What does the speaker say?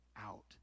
out